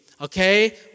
okay